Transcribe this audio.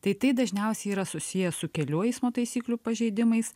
tai tai dažniausiai yra susiję su kelių eismo taisyklių pažeidimais